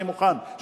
אני מוכן,